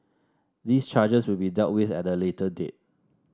these charges will be dealt with at a later date